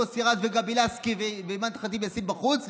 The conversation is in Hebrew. מוסי רז וגבי לסקי ואימאן ח'טיב יאסין בחוץ,